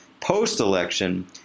post-election